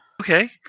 okay